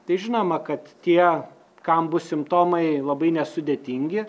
tai žinoma kad tie kam bus simptomai labai nesudėtingi